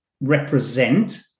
represent